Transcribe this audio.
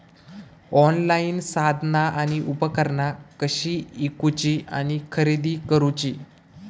Online साधना आणि उपकरणा कशी ईकूची आणि खरेदी करुची?